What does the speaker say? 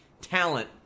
talent